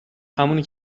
همونی